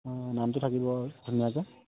অঁ নামটো থাকিব আৰু ধুনীয়াকৈ